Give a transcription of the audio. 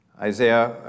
Isaiah